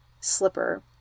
slipper